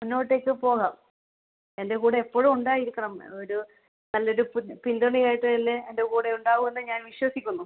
മുന്നോട്ടേക്ക് പോകാം എൻ്റെ കൂടെ എപ്പോഴും ഉണ്ടായിരിക്കണം ഒരു നല്ലൊരു പ് പിന്തുണയുമായിട്ട് തന്നെ എൻ്റെ കൂടെ ഉണ്ടാവുവെന്ന് ഞാൻ വിശ്വസിക്കുന്നു